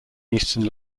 eastern